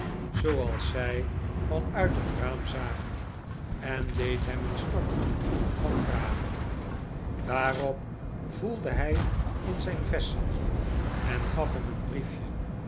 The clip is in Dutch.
zooals zij van uit het raam zagen en deed hem een stortvloed van vragen daarop voelde hij in zijn vestjeszakje en gaf hem een briefje